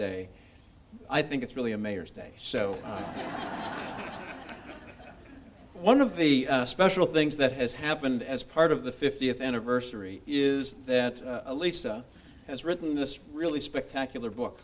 day i think it's really a mayor's day so one of the special things that has happened as part of the fiftieth anniversary is that alisa has written this really spectacular book